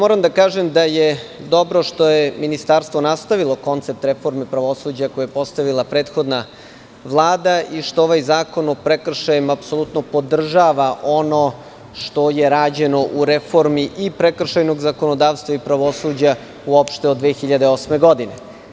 Moram da kažem da je dobro što je Ministarstvo nastavilo koncept reforme pravosuđa koju je postavila prethodna Vlada i što ovaj zakon o prekršajima apsolutno podržava ono što je rađeno u reformi i prekršajnog zakonodavstva i pravosuđa uopšte od 2008. godine.